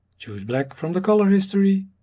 choose black from the color history